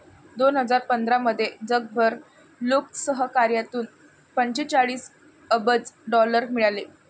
दोन हजार पंधरामध्ये जगभर लोकसहकार्यातून पंचेचाळीस अब्ज डॉलर मिळाले